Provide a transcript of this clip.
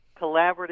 collaborative